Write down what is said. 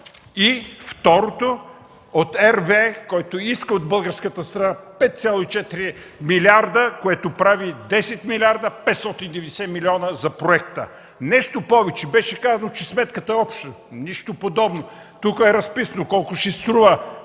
И, второто, от RWE, който иска от българската страна 5,4 милиарда, което прави 10 млрд. 590 милиона за проекта. Нещо повече. Беше казано, че сметката е обща. Нищо подобно. Тук е разписано колко ще струва